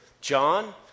John